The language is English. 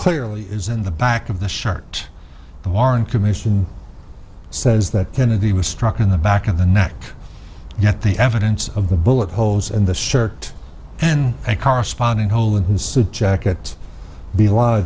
clearly is in the back of the shirt the warren commission says that kennedy was struck in the back of the neck yet the evidence of the bullet holes in the shirt and a corresponding hole in his suit jacket